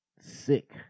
sick